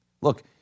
Look